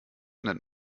nennt